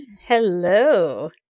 Hello